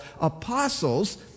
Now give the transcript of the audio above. apostles